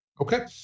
okay